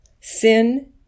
Sin